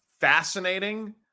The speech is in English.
Fascinating